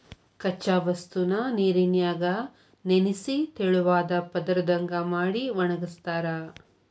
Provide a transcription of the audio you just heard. ಕಚ್ಚಾ ವಸ್ತುನ ನೇರಿನ್ಯಾಗ ನೆನಿಸಿ ತೆಳುವಾದ ಪದರದಂಗ ಮಾಡಿ ಒಣಗಸ್ತಾರ